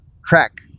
crack